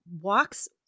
walks